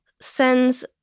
sends